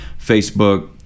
Facebook